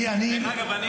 דרך אגב,